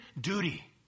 duty